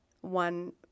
one